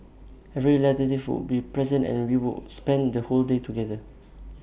every relative would be present and we would spend the whole day together